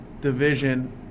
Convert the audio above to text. division